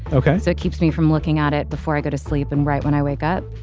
ok so it keeps me from looking at it before i go to sleep and right when i wake up.